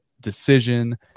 decision